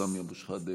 סמי אבו שחאדה,